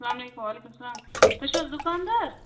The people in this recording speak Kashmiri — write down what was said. اسلام علیکُم وعلیکُم اسلام تُہۍ چھُو حظ دُکاندار